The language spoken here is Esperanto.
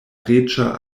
reĝa